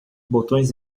botões